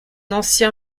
ancien